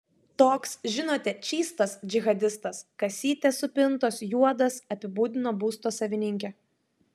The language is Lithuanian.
toks žinote čystas džihadistas kasytės supintos juodas apibūdino būsto savininkė